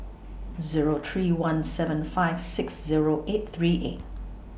Zero three one seven five six Zero eight three eight